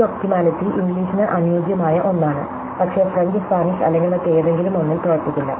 ഈ ഒപ്റ്റിമിലിറ്റി ഇംഗ്ലീഷിന് അനുയോജ്യമായ ഒന്നാണ് പക്ഷെ ഫ്രഞ്ച് സ്പാനിഷ് അല്ലെങ്കിൽ മറ്റേതെങ്കിലും ഒന്നിൽ പ്രവർത്തിക്കില്ല